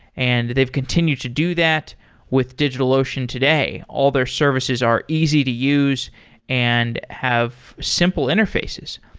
and they've continued to do that with digitalocean today. all their services are easy to use and have simple interfaces.